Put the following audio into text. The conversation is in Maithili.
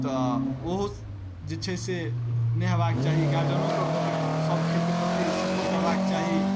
तऽ ओहो जे छै से नहि हेबाक चाही गार्जियनोके सब खेलके प्रति सपोर्ट करबाक चाही